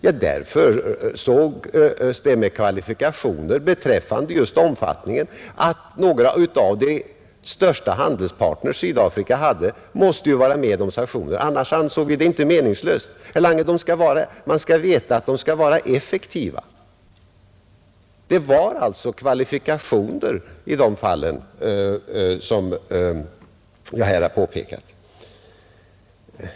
I det fallet framfördes kvalifikationer beträffande omfattningen: Några av de största handelspartners Sydafrika hade måste vara med, annars var det ju meningslöst. Sanktionerna måste vara effektiva. Man måste alltså ha vissa kvalifikationer, som jag här har påpekat.